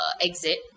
exit